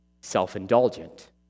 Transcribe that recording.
self-indulgent